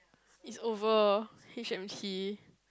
it's over H_M_T